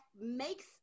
makes